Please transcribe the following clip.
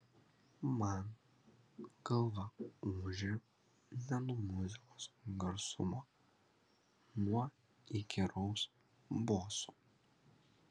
man galva ūžė ne nuo muzikos garsumo nuo įkyraus boso